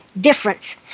difference